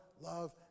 love